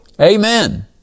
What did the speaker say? Amen